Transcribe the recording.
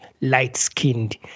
light-skinned